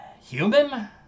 human